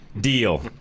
deal